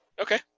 okay